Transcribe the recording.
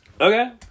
Okay